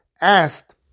asked